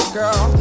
girl